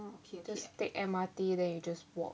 just take M_R_T then you just walk